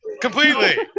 completely